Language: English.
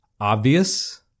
obvious